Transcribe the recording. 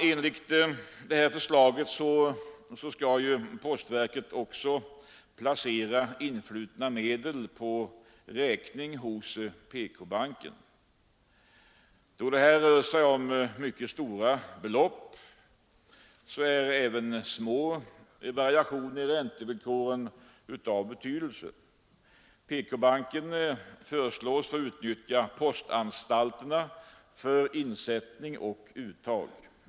Enligt förslaget skall postverket också placera influtna medel på räkning hos PK-banken. Då det här rör sig om mycket stora belopp är även små variationer i räntevillkoren av betydelse. PK-banken föreslås få utnyttja postanstalterna för insättning och uttag.